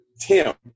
Tim